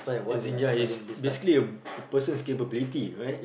as in ya is basically a person capability right